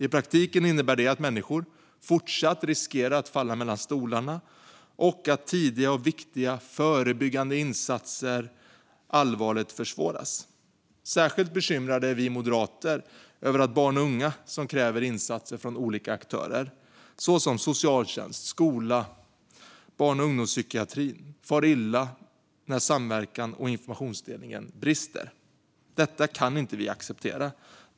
I praktiken innebär det att människor fortsatt riskerar att falla mellan stolarna och att tidiga och viktiga förebyggande insatser allvarligt försvåras. Särskilt bekymrade är vi moderater över att barn och unga som kräver insatser från olika aktörer, såsom socialtjänsten, skolan och barn och ungdomspsykiatrin, far illa när samverkan och informationsdelningen brister. Detta kan vi inte acceptera.